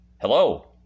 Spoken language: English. Hello